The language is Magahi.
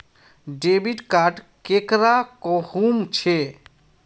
डेबिट कार्ड केकरा कहुम छे?